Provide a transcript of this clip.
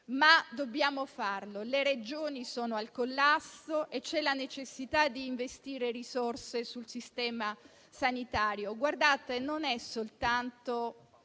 ma dobbiamo farlo. Le Regioni sono al collasso e c'è la necessità di investire risorse nel sistema sanitario. Non si tratta soltanto